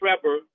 Trevor